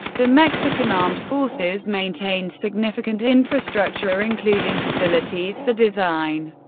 the mexican armed forces maintain significant infrastructure, including facilities for design,